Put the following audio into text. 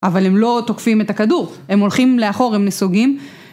אבל הם לא תוקפים את הכדור, הם הולכים לאחור, הם נסוגים.